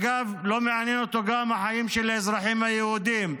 אגב, לא מעניין אותו גם החיים של האזרחים היהודים,